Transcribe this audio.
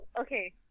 Okay